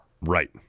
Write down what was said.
Right